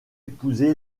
épousé